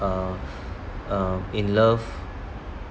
uh uh in love